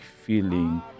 feeling